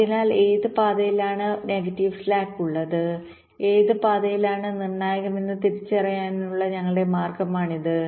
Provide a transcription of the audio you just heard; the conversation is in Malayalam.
അതിനാൽ ഏത് പാതയിലാണ് നെഗറ്റീവ് സ്ലാക്ക് ഉള്ളത് ഏത് പാതയാണ് നിർണായകമെന്ന് തിരിച്ചറിയാനുള്ള ഞങ്ങളുടെ മാർഗ്ഗമാണിത്